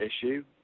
issue